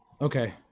Okay